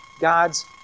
God's